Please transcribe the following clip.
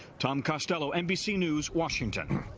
tom costello, nbc news, washington.